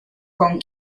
con